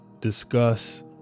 discuss